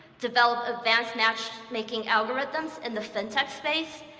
develop advanced match-making algorithms in the fintech space,